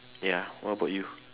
ya what about you